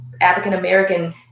African-American